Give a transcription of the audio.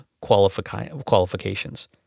qualifications